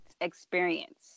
experience